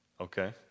okay